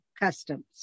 customs